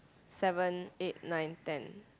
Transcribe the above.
seven eight nine ten